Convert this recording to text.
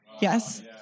Yes